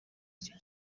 icyo